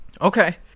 Okay